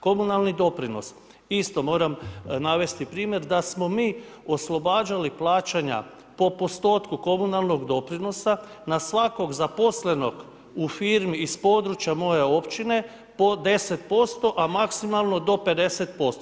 Komunalni doprinos, isto moram navesti primjer da smo mi oslobađali plaćanja po postotku komunalnog doprinosa na svakog zaposlenog u firmi iz područja moje općine po 10% a maksimalno do 50%